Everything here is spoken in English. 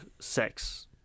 sex